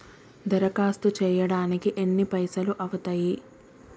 దరఖాస్తు చేయడానికి ఎన్ని పైసలు అవుతయీ?